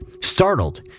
Startled